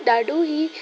ॾाढो ई